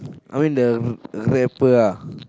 I mean the r~ rapper ah